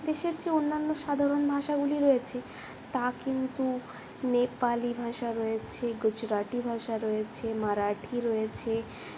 দেশের যে অন্যান্য সাধারণ ভাষাগুলি রয়েছে তা কিন্তু নেপালি ভাষা রয়েছে গুজরাটি ভাষা রয়েছে মারঠি রয়েছে